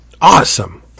Awesome